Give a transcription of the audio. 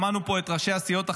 שמענו פה את ראשי הסיעות החרדיות.